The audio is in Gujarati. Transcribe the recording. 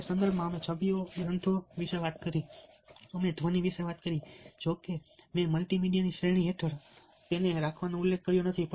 તે સંદર્ભમાં અમે છબીઓ ગ્રંથો વિશે વાત કરી અમે ધ્વનિ વિશે વાત કરી જો કે મેં તેને મલ્ટીમીડિયાની શ્રેણી હેઠળ રાખવાનો ઉલ્લેખ કર્યો નથી